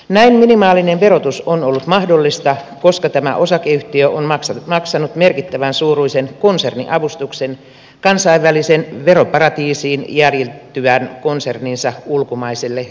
näin minimaalinen verotus on ollut mahdollista koska tämä osakeyhtiö on maksanut merkittävän suuruisen konserniavustuksen kansainvälisen veroparatiisiin jäljittyvän konserninsa ulkomaiselle yhteisötasolle